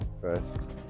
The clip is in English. first